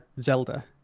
Zelda